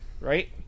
right